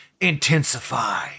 Intensify